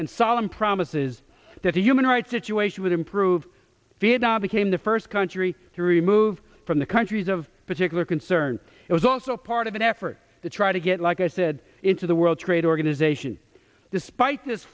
and solemn promises that the human rights situation would improve vietnam became the first country to remove from the countries of particular concern it was also part of an effort to try to get like i said into the world trade organization despite this